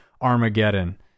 Armageddon